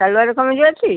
ସାଲ୍ୱାର କମିଜ୍ ଅଛି